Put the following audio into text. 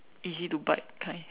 easy to bite kind